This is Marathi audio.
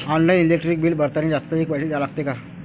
ऑनलाईन इलेक्ट्रिक बिल भरतानी जास्तचे पैसे द्या लागते का?